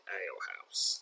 alehouse